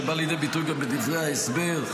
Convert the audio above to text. שבא לידי ביטוי גם בדברי ההסבר,